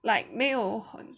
like 没有